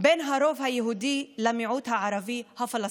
בין הרוב היהודי למיעוט הערבי-פלסטיני.